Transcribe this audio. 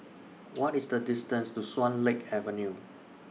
What IS The distance to Swan Lake Avenue